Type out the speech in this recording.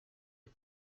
est